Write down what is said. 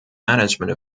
management